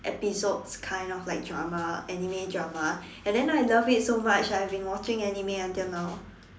episodes kind of like drama anime drama and then I love it so much I've been watching anime until now